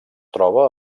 troba